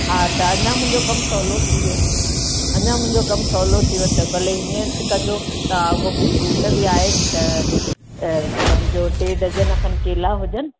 हा त अञा मुंजो कमु सोहलो थी वियो अञा मुंजो कमु सोहलो थी वियो त भले हींअ कजो तां अॻोपो फ्रूट बि एड अ अ सम्झो टे दजन खनि केला हुजनि